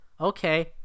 Okay